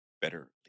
better